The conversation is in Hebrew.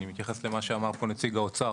אני מתייחס למה שאמר פה נציג האוצר.